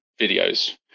videos